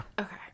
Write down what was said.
Okay